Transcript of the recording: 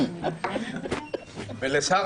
שלום.